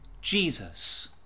Jesus